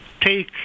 take